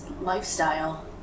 lifestyle